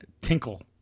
Tinkle